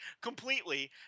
completely